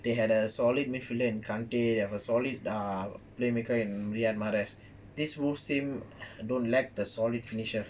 they had a solid midfielder kante they have a solid ah playmaker in riyadmahrez this wolf team don't lack the solid finisher